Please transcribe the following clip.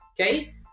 Okay